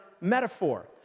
metaphor